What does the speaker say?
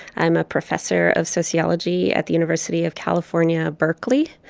i'm a professor of sociology at the university of california, berkeley.